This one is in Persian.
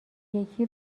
یکی